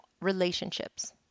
relationships